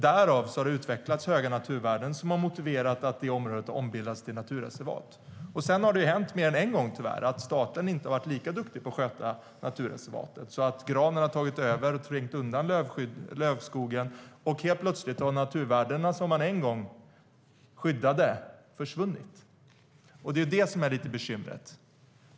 Därav har det utvecklats höga naturvärden, som har motiverat att det området ombildats till naturreservat. Sedan har det mer än en gång hänt att staten inte har varit lika duktig på att sköta naturreservatet, så att granen har trängt undan lövskogen, och helt plötsligt har de naturvärden som man en gång skyddade försvunnit. Det är bekymret.